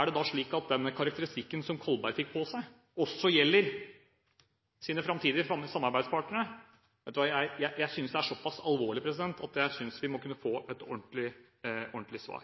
og den karakteristikken som Kolberg fikk, også gjelder deres framtidige samarbeidspartnere? Det er såpass alvorlig at jeg synes vi må kunne få et ordentlig svar.